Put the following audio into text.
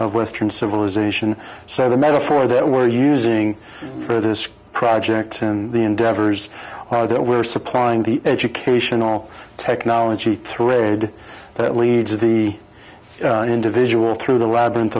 of western civilization so the metaphor that we're using for this project and the endeavors are that we're supplying the educational technology thread that leads the individual through the labyrinth